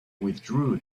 withdrew